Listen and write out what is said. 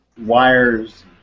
wires